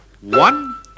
One